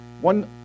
One